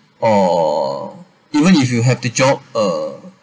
or even if you have the job uh